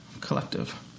Collective